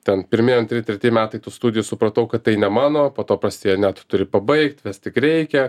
ten pirmi antri treti metai tų studijų supratau kad tai ne mano po to prasidėjo ne tu turi pabaigt ves tik reikia